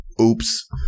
oops